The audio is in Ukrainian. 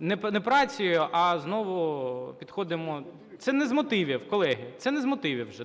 не працею, а знову підходимо… Це не з мотивів, колеги, це не з мотивів вже.